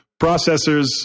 processors